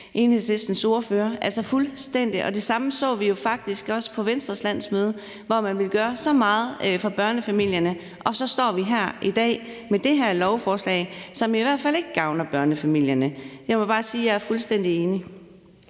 Enhedslistens ordfører – fuldstændig. Det samme så vi jo faktisk også på Venstres landsmøde, hvor man ville gøre så meget for børnefamilierne, og så står vi her i dag med det her lovforslag, som i hvert fald ikke gavner børnefamilierne. Jeg må bare sige, at jeg er fuldstændig enig.